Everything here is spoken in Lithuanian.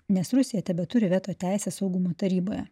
nes rusija tebeturi veto teisę saugumo taryboje